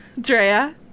Drea